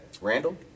Randall